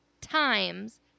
times